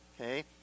Okay